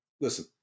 Listen